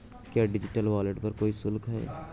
क्या digital wallet पर कोई शुल्क है?